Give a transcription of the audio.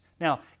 Now